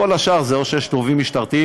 כל השאר זה או שיש תובעים משטרתיים,